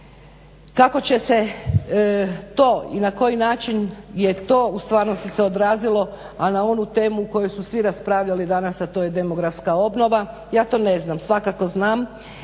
Kako će se to i na koji način je to u stvarnosti se odrazilo, a na onu temu u kojoj su svi raspravljali danas a to je demografska obnova. Ja to ne znam. Svakako znam